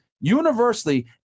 universally